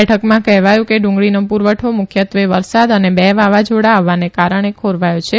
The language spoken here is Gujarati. બેઠકમાં કહેવાયું કે ડુંગળીનો પુરવઠો મુખ્યત્વે વરસાદ અને બે વાવાઝોડા આવવાને કારણે ખોરવાયો છે